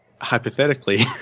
hypothetically